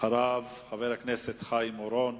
אחריו, חבר הכנסת חיים אורון.